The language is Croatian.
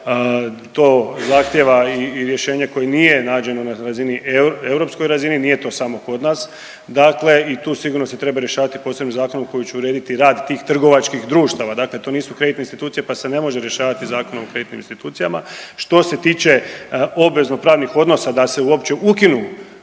to zahtjeva i rješenje koje nije nađeno na razini, europskoj razini, nije to samo kod nas, dakle i tu sigurno se treba rješavati posebnim zakonom koji će urediti rad tih trgovačkih društava, dakle to nisu kreditne institucije pa se ne može rješavati Zakonom o kreditnim institucijama. Što se tiče obvezno pravnih odnosa da se uopće ukinu